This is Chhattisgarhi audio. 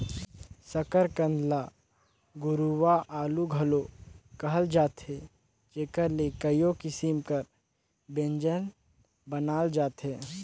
सकरकंद ल गुरूवां आलू घलो कहल जाथे जेकर ले कइयो किसिम कर ब्यंजन बनाल जाथे